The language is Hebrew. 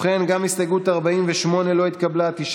אנטאנס, הלילה עדיין בראשיתו.